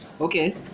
Okay